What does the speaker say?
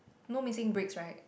no missing bricks right